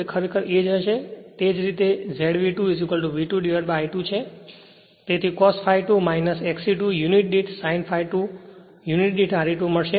તેથી cos ∅ 2 X e 2 unit દીઠ sin ∅ 2 unit દીઠ R e 2 મળશે